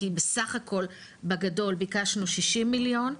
כי בסך הכל בגדול ביקשנו 60 מיליון.